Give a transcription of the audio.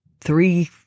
three